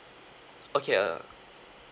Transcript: okay uh